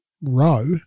row